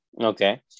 Okay